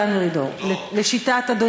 לא היה כוכב גדול, דן מרידור, לשיטת אדוני.